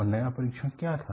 और नया परीक्षण क्या था